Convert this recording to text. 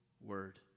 Word